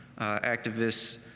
activists